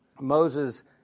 Moses